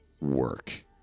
work